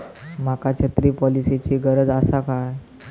माका छत्री पॉलिसिची गरज आसा काय?